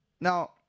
Now